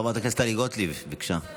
חברת הכנסת טלי גוטליב ביקשה.